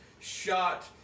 shot